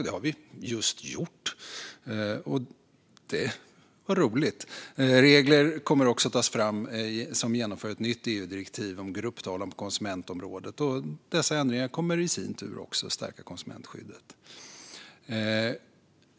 Det var roligt. Regler kommer också att tas fram när man genomför ett nytt EU-direktiv om grupptalan på konsumentområdet, och dessa ändringar kommer i sin tur också att stärka konsumentskyddet.